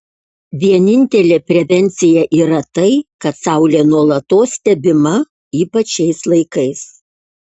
vienintelė prevencija yra tai kad saulė nuolatos stebima ypač šiais laikais